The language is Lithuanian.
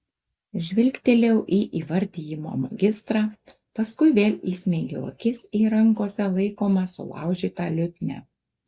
žvilgtelėjau į įvardijimo magistrą paskui vėl įsmeigiau akis į rankose laikomą sulaužytą liutnią